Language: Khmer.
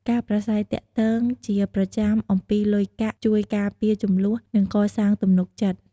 ការប្រាស្រ័យទាក់ទងជាប្រចាំអំពីលុយកាក់ ជួយការពារជម្លោះ និងកសាងទំនុកចិត្ត។